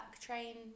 train